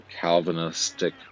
Calvinistic